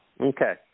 Okay